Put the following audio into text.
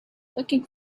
looking